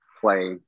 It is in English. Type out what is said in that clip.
play